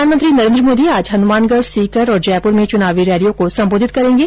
प्रधानमंत्री नरेन्द्र मोदी आज हनुमानगढ़ सीकर और जयपुर में चुनावी रैलियों को संबोधित करेंगे